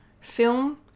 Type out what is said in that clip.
film